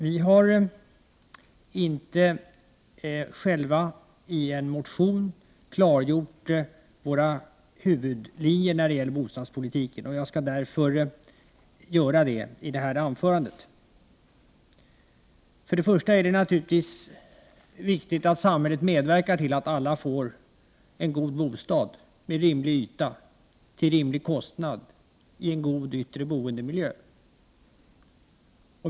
Herr talman! Vi har inte själva i en motion klargjort våra huvudlinjer när det gäller bostadspolitiken. Jag skall därför göra det i detta anförande. Till att börja med vill jag säga att det naturligtvis är viktigt att samhället medverkar till att alla får en god bostad med rimlig yta till rimlig kostnad i en god yttre boendemiljö.